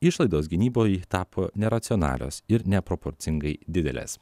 išlaidos gynybai tapo neracionalios ir neproporcingai didelės